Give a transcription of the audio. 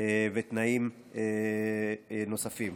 ותנאים נוספים.